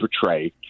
portray